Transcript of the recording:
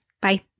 Bye